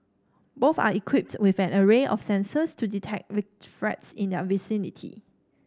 both are equipped with an array of sensors to detect threats in their vicinity